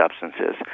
substances